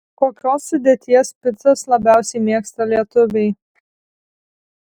kokios sudėties picas labiausiai mėgsta lietuviai